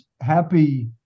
happy